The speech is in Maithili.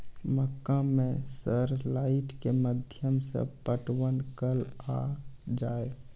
मक्का मैं सर लाइट के माध्यम से पटवन कल आ जाए?